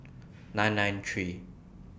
nine nine three